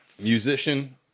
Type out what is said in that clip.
musician